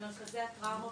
למרכזי הטראומה